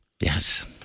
Yes